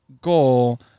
goal